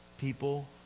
people